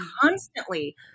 constantly